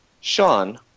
Sean